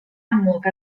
amlwg